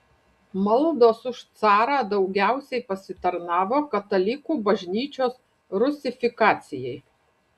maldos už carą daugiausiai pasitarnavo katalikų bažnyčios rusifikacijai